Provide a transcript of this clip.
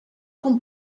com